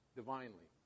divinely